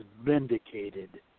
vindicated